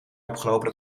opgelopen